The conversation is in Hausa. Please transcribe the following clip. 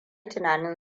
tunanin